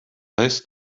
heißt